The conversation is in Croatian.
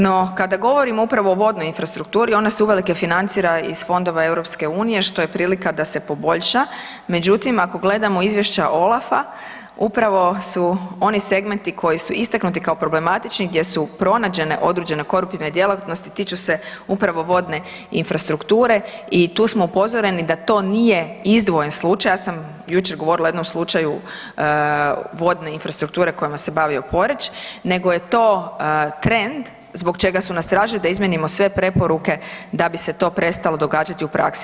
No kada govorimo upravo o vodnoj infrastrukturi, ona se uvelike financira iz fondova EU-a, što je prilika da se poboljša međutim ako gledamo izvješća OLAF-a, upravo su oni segmenti koji su istaknuti kao problematični, gdje su pronađene određene koruptivne djelatnosti, tiču se upravo vodne infrastrukture i tu smo upozoreni da to nije izdvojen slučaj, ja sam jučer govorila o jednom slučaju vodne infrastrukture kojima se bavio Poreč, nego je to trend zbog čega su nas tražili da izmijenimo sve preporuke da bi se to prestalo događati u praksi.